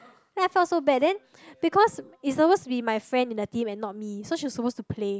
then I felt so bad then because it's supposed to be my friend in the team and not me so she was supposed to play